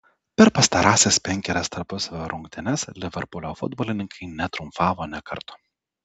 per pastarąsias penkerias tarpusavio rungtynes liverpulio futbolininkai netriumfavo nė karto